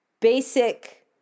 basic